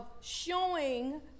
showing